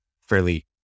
fairly